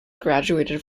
graduated